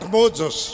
Moses